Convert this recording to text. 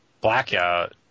Blackout